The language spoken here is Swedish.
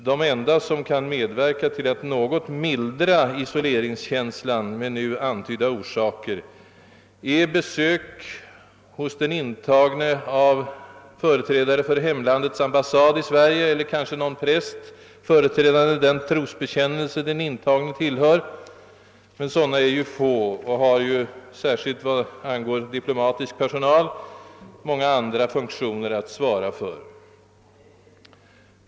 Det enda som något kan medverka till att lindra isoleringskänslan med nu antydda orsaker är besök hos den intagne av företrädare för hemlandets ambassad i Sverige eller kanske någon präst, företrädande den trosbekännelse som den intagne tillhör. Men dessa är få och har särskilt vad angår diplomatisk personal många andra funktioner att svara för.